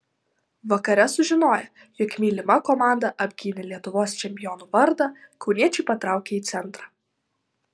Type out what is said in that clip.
vakare sužinoję jog mylima komanda apgynė lietuvos čempionų vardą kauniečiai patraukė į centrą